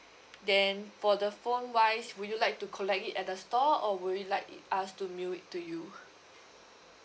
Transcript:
then for the phone wise would you like to collect it at the store or would you like us to mail it to you